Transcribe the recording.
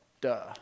duh